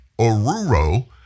Oruro